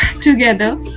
together